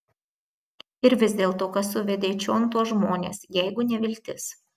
ir vis dėlto kas suvedė čion tuos žmones jeigu ne viltis